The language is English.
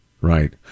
Right